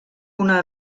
una